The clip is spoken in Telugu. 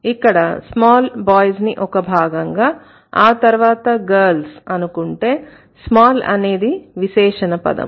ఇక్కడ small boys ని ఒక భాగంగాఆ తర్వాత girls అనుకుంటే small అనేది విశేషణ పదము